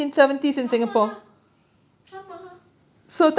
sama lah sama lah